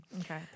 Okay